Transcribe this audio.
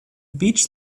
beach